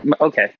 okay